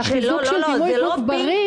כי החיזוק של דימוי גוף בריא --- לא,